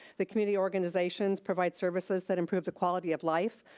the community organizations provide services that improve the quality of life,